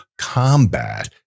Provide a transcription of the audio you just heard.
combat